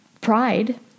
Pride